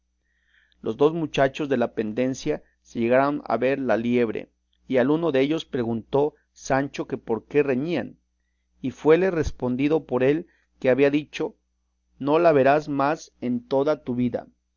los dos mochachos de la pendencia se llegaron a ver la liebre y al uno dellos preguntó sancho que por qué reñían y fuele respondido por el que había dicho no la verás más en toda tu vida